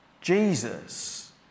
Jesus